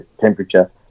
temperature